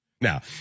Now